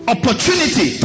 Opportunity